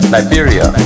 Liberia